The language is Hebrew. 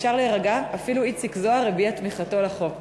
אפשר להירגע, אפילו איציק זוהר הביע תמיכתו בחוק.